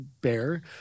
Bear